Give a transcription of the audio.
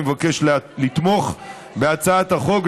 אני מבקש לתמוך בהצעת החוק,